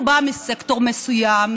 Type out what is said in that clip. הוא בא מסקטור מסוים,